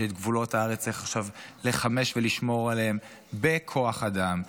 שאת גבולות הארץ חשוב לשמר ולשמור עליהם בכוח אדם,